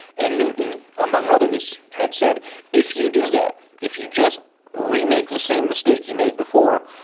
and newton, among others, had said if you do that, if you just re-make the same mistake you made before,